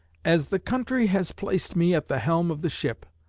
as the country has placed me at the helm of the ship,